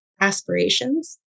aspirations